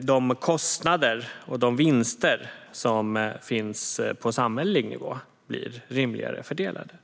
de kostnader och vinster som finns på samhällelig nivå blir rimligare fördelade.